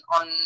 on